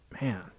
Man